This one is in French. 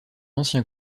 ancien